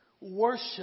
Worship